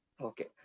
okay